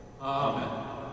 Amen